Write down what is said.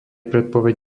predpoveď